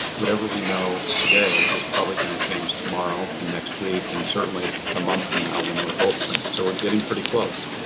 whatever we know today is probably gonna change tomorrow and next week, and certainly a month from now when we're open. so we're getting pretty close.